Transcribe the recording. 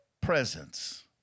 presence